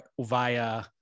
via